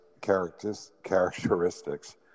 characteristics